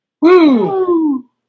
Woo